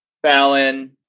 Fallon